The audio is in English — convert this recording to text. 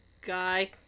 guy